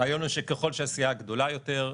הרעיון הוא שככל שהסיעה גדולה יותר,